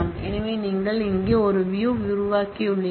எனவே நீங்கள் இங்கே ஒரு வியூ உருவாக்கியுள்ளீர்கள்